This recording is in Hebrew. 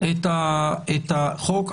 את החוק.